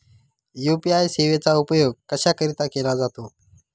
UPI सेवेचा उपयोग कशाकरीता केला जातो?